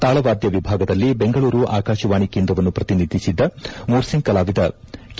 ತಾಳವಾದ್ಯ ವಿಭಾಗದಲ್ಲಿ ಬೆಂಗಳೂರು ಆಕಾಶವಾಣಿ ಕೇಂದ್ರವನ್ನು ಪ್ರತಿನಿಧಿಸಿದ್ದ ಮೋರ್ಸಿಂಗ್ ಕಲಾವಿದ ಕೆ